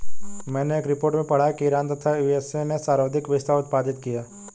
मैनें एक रिपोर्ट में पढ़ा की ईरान तथा यू.एस.ए ने सर्वाधिक पिस्ता उत्पादित किया